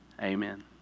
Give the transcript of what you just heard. Amen